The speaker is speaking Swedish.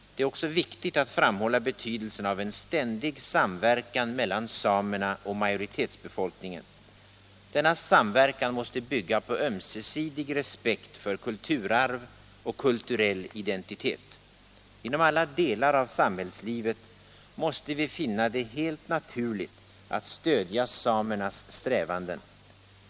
Det är också viktigt att framhålla betydelsen av en ständig samverkan mellan samerna och majoritetsbefolkningen. Denna samverkan måste bygga på ömsesidig respekt för kulturarv och kulturell identitet. Inom alla delar av samhällslivet måste vi finna det helt naturligt att stödja samernas strävanden.